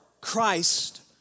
Christ